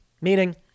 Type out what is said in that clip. meaning